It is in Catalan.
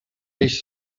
peix